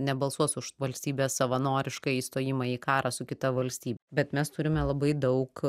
nebalsuos už valstybės savanorišką įstojimą į karą su kita valstybe bet mes turime labai daug